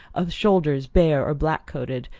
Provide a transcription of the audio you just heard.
of shoulders bare or black-coated,